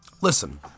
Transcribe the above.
Listen